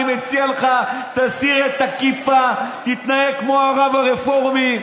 אני מציע לך שתסיר את הכיפה ותתנהג כמו הרב הרפורמי.